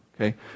Okay